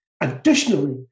additionally